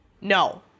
No